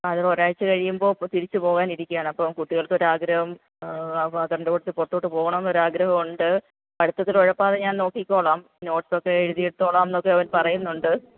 ആ ഒരാഴ്ച കഴിയുമ്പോള് തിരിച്ചു പോവാനിരിക്കുകയാണ് അപ്പോള് കുട്ടികൾക്ക് ഒരു ആഗ്രഹം ആ ഫാദറിൻ്റെ കൂട്ടത്തില് പുറത്തോട്ട് പോകണമെന്ന് ഒരാഗ്രഹമുണ്ട് പഠിത്തത്തിൽ ഉഴപ്പാതെ ഞാൻ നോക്കിക്കോളാം നോട്ട്സൊക്കെ എഴുതിയെടുത്തോളാം എന്നൊക്കെ അവൻ പറയുന്നുണ്ട്